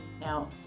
Now